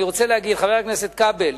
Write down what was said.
חבר הכנסת כבל,